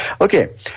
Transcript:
Okay